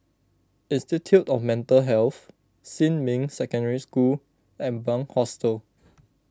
Institute of Mental Health Xinmin Secondary School and Bunc Hostel